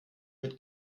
mit